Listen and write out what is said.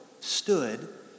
Stood